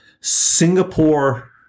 Singapore